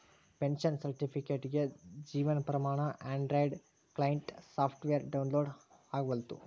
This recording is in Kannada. ಪೆನ್ಷನ್ ಸರ್ಟಿಫಿಕೇಟ್ಗೆ Jeevan Pramaan Android client software download ಆಗವಲ್ತು